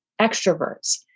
extroverts